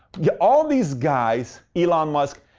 yeah all these guys elon musk,